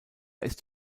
ist